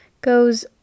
Goes